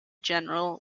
general